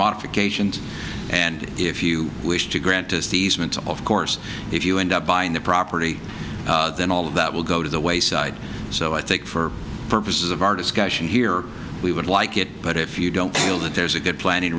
modifications and if you wish to grant us these meant of course if you end up buying the property then all of that will go to the wayside so i think for purposes of our discussion here we would like it but if you don't feel that there's a good planning